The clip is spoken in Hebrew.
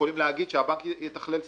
יכולים להגיד שהבנק יתכלל סיכון.